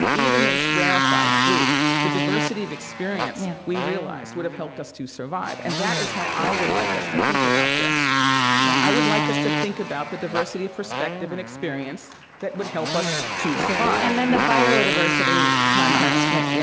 even this rarified group, the diversity of experience, yeah, we realized would have helped us to survive. and that is how i would like us to think about this yeah i would like us to think about the diversity of perspective and experience that, would help us to survive and then the biodiversity context, yeah